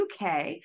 UK